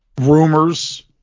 rumors